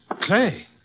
Clay